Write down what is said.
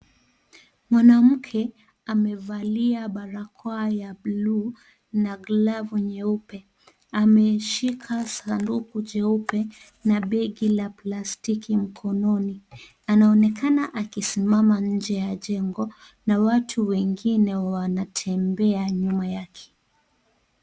Mwanamke amevalia barakoa ya bluu na glavu nyeupe. Ameshika sanduku jeupe na begi la plastiki mkononi. Anaonekana akisimama nje ya jengo na watu wengine wanatembea nyuma yake.